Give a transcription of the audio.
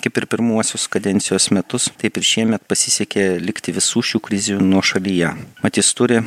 kaip ir pirmuosius kadencijos metus taip ir šiemet pasisekė likti visų šių krizių nuošalyje mat jis turi